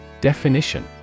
Definition